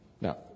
Now